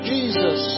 Jesus